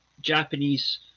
Japanese